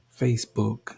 Facebook